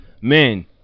Men